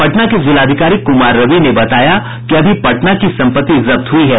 पटना के जिलाधिकारी कुमार रवि ने बताया कि अभी पटना की सम्पत्ति जब्त हुई है